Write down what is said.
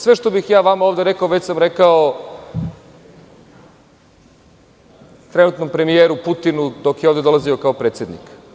Sve što bih vama ovde rekao, već sam rekao trenutnom premijeru Putinu dok je ovde dolazio, kao predsednik.